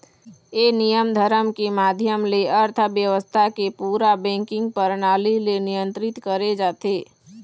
ये नियम धरम के माधियम ले अर्थबेवस्था के पूरा बेंकिग परनाली ले नियंत्रित करे जाथे